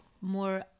more